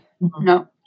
no